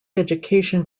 education